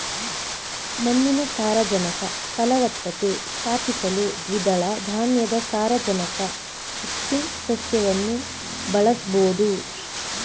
ಮಣ್ಣಿನ ಸಾರಜನಕ ಫಲವತ್ತತೆ ಸ್ಥಾಪಿಸಲು ದ್ವಿದಳ ಧಾನ್ಯದ ಸಾರಜನಕ ಫಿಕ್ಸಿಂಗ್ ಸಸ್ಯವನ್ನು ಬಳಸ್ಬೋದು